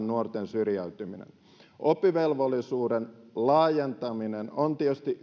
nuorten syrjäytymistä vastaan oppivelvollisuuden laajentaminen on tietysti